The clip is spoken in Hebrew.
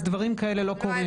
אז דברים כאלה קורים.